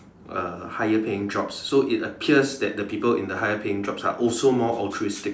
uh higher paying jobs so it appears that the people in the higher paying jobs are also more altruistic